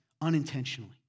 unintentionally